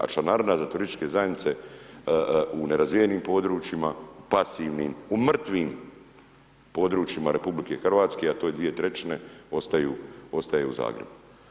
A članarina za turističke zajednice u nerazvijenim područjima, pasivnim u mrtvim područjima a to je 2/3 ostaje u Zagrebu.